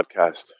podcast